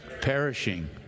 Perishing